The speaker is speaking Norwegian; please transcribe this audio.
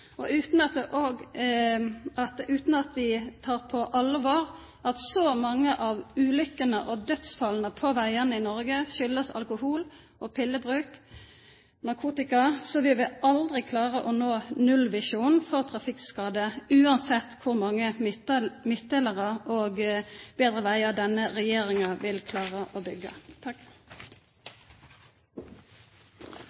Uten at vi tar på alvor at så mange av ulykkene og dødsfallene på veiene i Norge skyldes alkohol, pillebruk og narkotika, vil vi aldri klare å nå nullvisjonen om trafikkskadde, uansett hvor mange midtdelere og bedre veier denne regjeringen klarer å bygge.